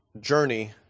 journey